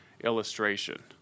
illustration